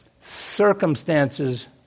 circumstances